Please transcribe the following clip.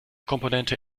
komponente